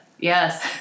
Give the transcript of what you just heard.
Yes